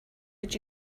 would